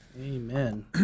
Amen